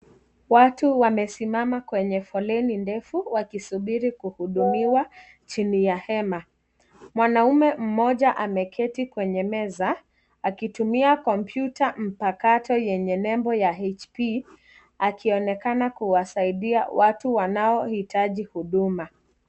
Watu wamesimama kwenye foleni ndefu wakisubiri kuhudumiwa chini ya hema, mwanaume mmoja ameketi kwenye meza akitumia kompyuta mpakato yenye nembo ya HP akionekana kuwasaidia watu wanaohitaji huduma.